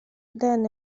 dan